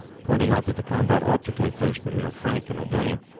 pointing out that the combat ought to take place between a frank and a dane.